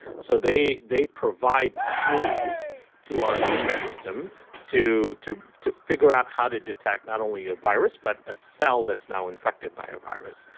so they they provide clues to our immune system to to figure out how to detect, not only a virus, but a cell that's now infected by a virus.